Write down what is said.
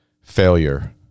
Failure